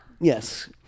Yes